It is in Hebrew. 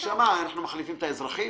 נשמה, אנחנו מחליפים את האזרחים?